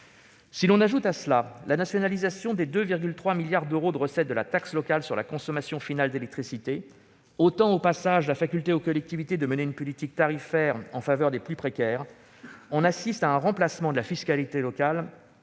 Si l'on ajoute à cela la nationalisation des 2,3 milliards d'euros de la taxe locale sur la consommation finale d'électricité, qui ôte au passage aux collectivités la faculté de mener une politique tarifaire en faveur des plus précaires, on assiste à un remplacement de la fiscalité locale